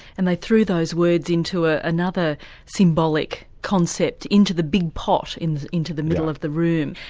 and they threw those words into ah another symbolic concept, into the big pot, into into the middle of the room.